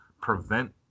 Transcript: prevent